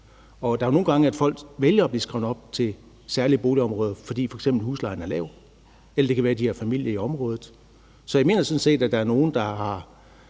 er jo nogle gange sådan, at folk vælger at blive skrevet op til særlige boligområder, f.eks. fordi huslejen er lav, eller det kan være, de har familie i området. Så jeg mener sådan set, der er nogle, der er